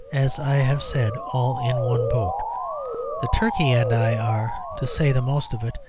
as i have said, all in one boat the turkey and i are, to say the most of it,